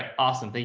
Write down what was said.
awesome. thank